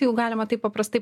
jau galima taip paprastai